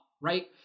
Right